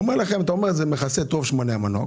הוא אומר לכם: זה מכסה טוב את שמני המנוע.